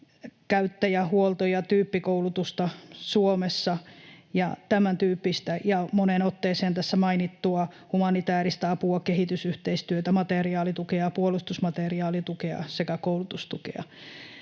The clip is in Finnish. käyttäjä-, huolto- ja tyyppikoulutusta Suomessa ja tämäntyyppistä ja moneen otteeseen tässä mainittua humanitääristä apua, kehitysyhteistyötä, materiaalitukea ja puolustusmateriaalitukea sekä koulutustukea.